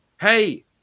hey